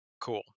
cool